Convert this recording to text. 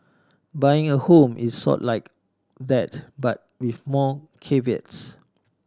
buying a home is sort like that but with more caveats